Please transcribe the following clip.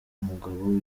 umugabo